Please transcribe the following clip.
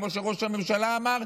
כמו שראש הממשלה אמר,